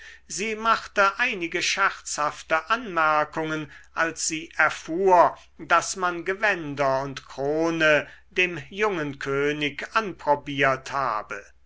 sie machte einige scherzhafte anmerkungen als sie erfuhr daß man gewänder und krone dem jungen könig anprobiert habe